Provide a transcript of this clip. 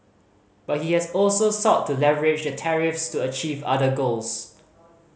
but he has also sought to leverage the tariffs to achieve other goals